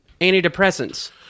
antidepressants